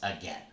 again